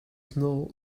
snow